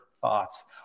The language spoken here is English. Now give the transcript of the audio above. thoughts